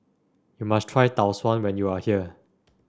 you must try Tau Suan when you are here